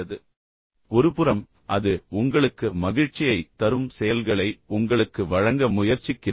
எனவே ஒருபுறம் அது உங்களுக்கு மகிழ்ச்சியைத் தரும் செயல்களை உங்களுக்கு வழங்க முயற்சிக்கிறது